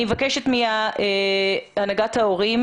נציגת הנהגת הורים